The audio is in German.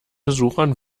besuchern